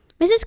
Mrs